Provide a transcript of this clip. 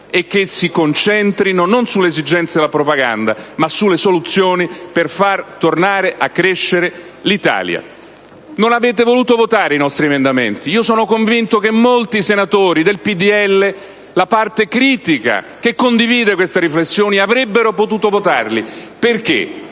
e che si concentrino non sulle esigenze della propaganda, ma sulle soluzioni per far tornare a crescere l'Italia. Non avete voluto votare i nostri emendamenti. Io sono convinto che molti senatori del PdL, la parte critica che condivide queste riflessioni, avrebbero potuto votarli, perché